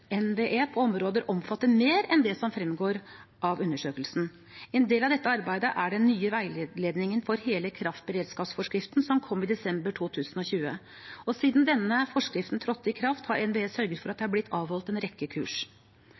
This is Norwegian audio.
NVE på området omfatter mer enn det som fremgår av undersøkelsen. En del av dette arbeidet er den nye veiledningen for hele kraftberedskapsforskriften, som kom i desember 2020. Siden denne forskriften trådte i kraft har NVE sørget for at det har blitt avholdt en rekke kurs.